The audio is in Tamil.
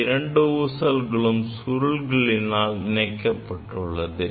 இந்த இரண்டு ஊசல்களும் சுருளினால் இணைக்கப்பட்டுள்ளது